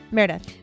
Meredith